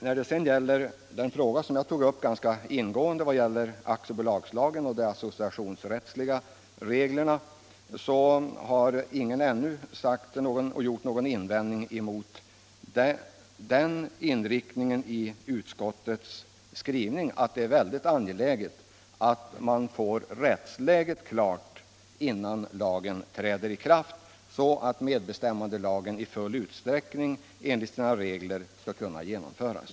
När det sedan gäller den frågan som jag ganska ingående berörde, nämligen om aktiebolagslagen och de associationsrättsliga reglerna, har ingen ännu gjort någon invändning mot den inriktningen i utskottets skrivning att det är mycket angeläget att få rättsläget klart innan lagen träder i kraft så att medbestämmandelagen i full utsträckning kan genomföras.